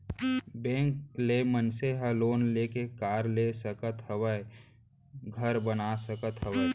bank ले मनसे ह लोन लेके कार ले सकत हावय, घर बना सकत हावय